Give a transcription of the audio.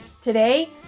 Today